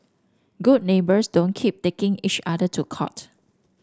good neighbours don't keep taking each other to court